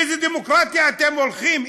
איזה דמוקרטיה אתם הולכים,